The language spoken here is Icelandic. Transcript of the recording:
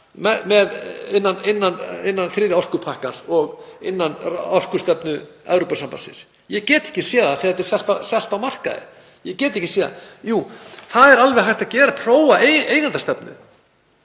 innan þriðja orkupakkans og innan orkustefnu Evrópusambandsins? Ég get ekki séð það þegar þetta er selt á markaði. Ég get ekki séð það. Jú, það er alveg hægt að prófa eigendastefnu.